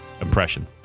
impression